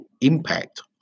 impact